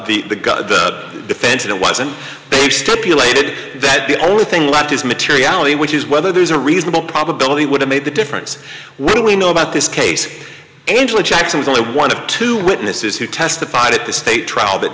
to the got the defense it wasn't they stipulated that the only thing left is materiality which is whether there's a reasonable probability would have made the difference what do we know about this case enjoy jackson is only one of two witnesses who testified at the state trial that